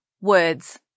words